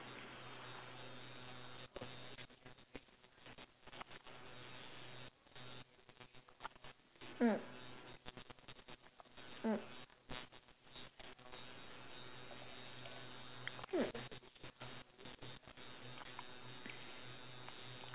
mm hmm